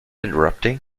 interrupting